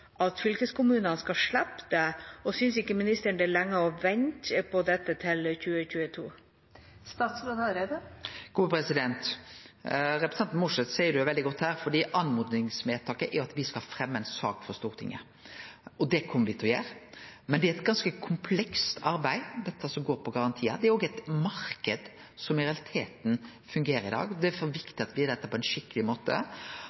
synes ikke statsråden det er lenge å vente på dette til 2022? Representanten Mossleth seier det veldig godt her, og oppmodingsvedtaket handlar om at me skal fremje ei sak for Stortinget. Det kjem me til å gjere, men det som går på garantiar, er eit ganske komplekst arbeid. Det er også ein marknad som i realiteten fungerer i dag. Det er derfor viktig at me gjer dette på ein skikkeleg måte.